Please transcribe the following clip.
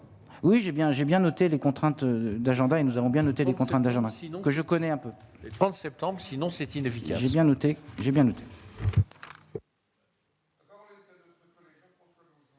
bien, j'ai bien noté les contraintes d'agenda et nous avons bien noté des contraintes d'agenda, sinon que je connais un peu, en septembre, sinon c'est inefficace bien noté,